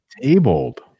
tabled